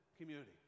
community